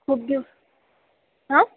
खूप दिव आं